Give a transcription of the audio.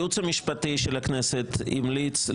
וואיי, וואיי, מזל שטלי לא